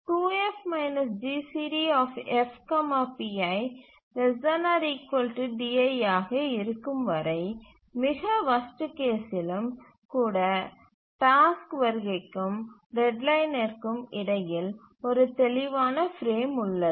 2F GCD F pi ≤ di ஆக இருக்கும் வரை மிக வர்ஸ்ட் கேஸ்சிலும் கூட டாஸ்க் வருகைக்கும் டெட்லைனிற்கும் இடையில் ஒரு தெளிவான பிரேம் உள்ளது